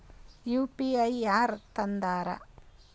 UPI ಯಾರ್ ತಂದಾರ?